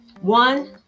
One